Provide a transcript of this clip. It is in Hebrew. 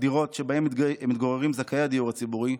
הדירות שבהן מתגוררים זכאי הדיור הציבורי.